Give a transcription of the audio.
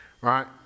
right